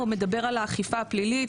הוא מדבר על האכיפה פלילית.